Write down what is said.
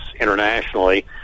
internationally